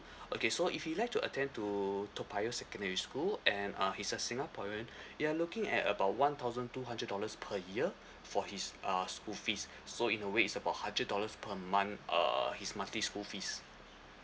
okay so if he like to attend to toa payoh secondary school and uh he's a singaporean you are looking at about one thousand two hundred dollars per year for his uh school fees so in a way is about hundred dollars per month err his monthly school fees